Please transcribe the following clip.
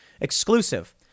Exclusive